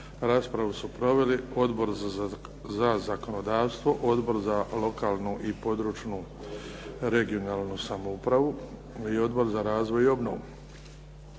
Raspravu su proveli Odbor za zakonodavstvo, Odbor za lokalnu i područnu (regionalnu) samoupravu i Odbor za razvoj i obnovu.